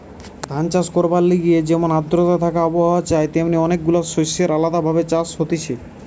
ধান চাষ করবার লিগে যেমন আদ্রতা থাকা আবহাওয়া চাই তেমনি অনেক গুলা শস্যের আলদা ভাবে চাষ হতিছে